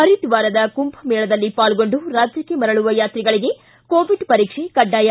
ಪರಿದ್ವಾರದ ಕುಂಭ ಮೇಳದಲ್ಲಿ ಪಾಲ್ಗೊಂಡು ರಾಜ್ಯಕ್ಷೆ ಮರಳುವ ಯಾತ್ರಿಗಳಿಗೆ ಕೋವಿಡ್ ಪರೀಕ್ಷೆ ಕಡ್ಡಾಯ